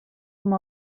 com